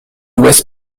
west